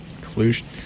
collusion